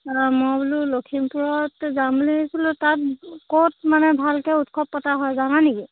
অঁ মই বোলো লখিমপুৰত যাম বুলিছিলোঁ তাত ক'ত মানে ভালকৈ উৎসৱ পতা হয় যানা নেকি